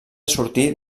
sortir